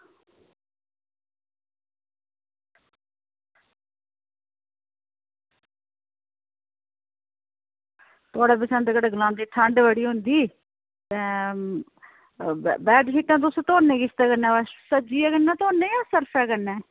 थुआढ़े बसंतगढ़ च ठंड बड़ी होंदी बेडशीटां तुस धोने कित्त कन्नै सज्जियै कन्नै धोने जां सर्फ कन्नै